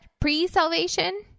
pre-salvation